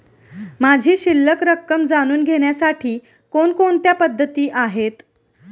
माझी शिल्लक रक्कम जाणून घेण्यासाठी कोणकोणत्या पद्धती आहेत?